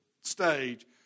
stage